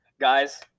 Guys